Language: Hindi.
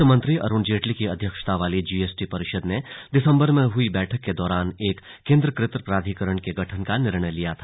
वित्त मंत्री अरुण जेटली की अध्यक्षता वाली जीएसटी परिषद ने दिसंबर में हुई बैठक के दौरान एक केंद्रीकृत प्राधिकरण के गठन का निर्णय लिया था